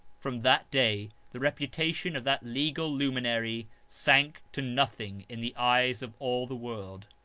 from that day the reputation of that legal luminary sank to nothing in the eyes of all the world.